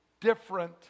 different